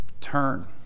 Turn